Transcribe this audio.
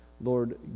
Lord